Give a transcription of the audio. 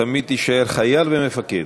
תמיד תישאר חייל ומפקד.